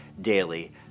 daily